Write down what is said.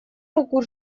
руку